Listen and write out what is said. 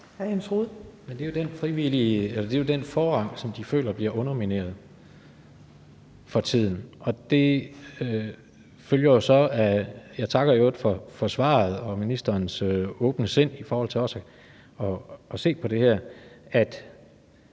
Det er jo den forrang, som de føler bliver undermineret for tiden. Jeg takker i øvrigt for svaret og for ministerens åbne sind i forhold til også at se på det her.